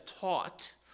taught